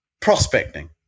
prospecting